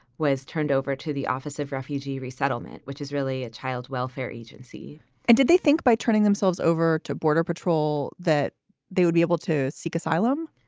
was turned over to the office of refugee resettlement, which is really a child welfare agency and did they think by turning themselves over to border patrol that they would be able to seek asylum?